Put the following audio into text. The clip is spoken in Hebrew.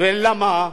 ולמה?